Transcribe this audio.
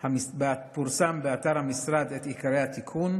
באתר המשרד עיקרי התיקון,